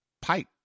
pipe